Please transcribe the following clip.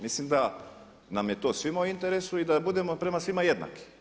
Mislim da nam je to svima u interesu i da budemo prema svima jednaki.